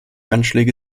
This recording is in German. anschläge